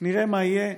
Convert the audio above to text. נראה מה יהיה.